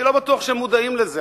אני לא בטוח שהם מודעים לזה.